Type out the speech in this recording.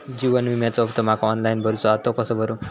जीवन विम्याचो हफ्तो माका ऑनलाइन भरूचो हा तो कसो भरू?